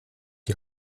die